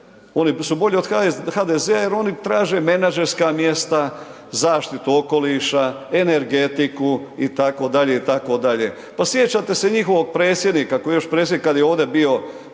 oni su bolji od HDZ-a jer oni traže menadžerska mjesta, zaštitu okoliša, energetiku itd., itd. pa sjećate se njihovog predsjednika, koji je još predsjednik, kada je ovdje bio,